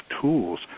tools